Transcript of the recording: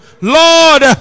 lord